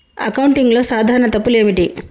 అకౌంటింగ్లో సాధారణ తప్పులు ఏమిటి?